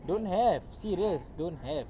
don't have serious don't have